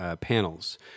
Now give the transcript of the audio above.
panels